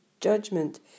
judgment